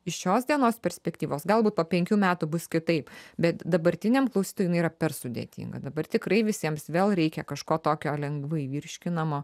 iš šios dienos perspektyvos galbūt po penkių metų bus kitaip bet dabartiniam klausytojui jinai yra per sudėtinga dabar tikrai visiems vėl reikia kažko tokio lengvai virškinamo